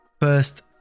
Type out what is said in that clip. First